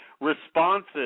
responses